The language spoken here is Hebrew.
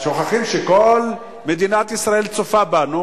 שוכחים שכל מדינת ישראל צופה בנו,